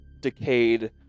decayed